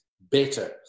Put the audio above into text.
better